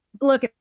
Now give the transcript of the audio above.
look